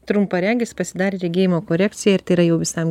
trumparegis pasidarė regėjimo korekciją ir tai yra jau visam